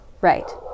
right